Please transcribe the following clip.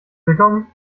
willkommen